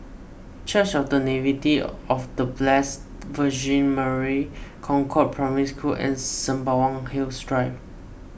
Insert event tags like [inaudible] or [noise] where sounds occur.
Church of the [unintelligible] of the Blessed Virgin Mary Concord Primary School and Sembawang Hills Drive